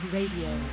Radio